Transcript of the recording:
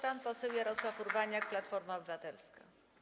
Pan poseł Jarosław Urbaniak, Platforma Obywatelska.